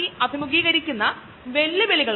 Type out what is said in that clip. അതിനാൽ ഇൻസുലിൻ ഒരു ചെറിയ പ്രോട്ടീൻ ആണ്